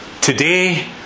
today